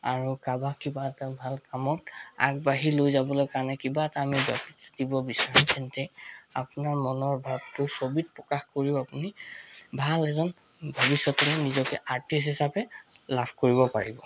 আৰু কাৰোবাক কিবা এটা ভাল কামত আগবাঢ়ি লৈ যাবলৈ কাৰণে কিবা এটা কামত থাকিব বিচাৰে তেন্তে আপোনাৰ মনৰ ভাৱটো ছবিত প্ৰকাশ কৰিও আপুনি ভাল এজন নিজকে আৰ্টিষ্ট হিচাপে লাভ কৰিব পাৰিব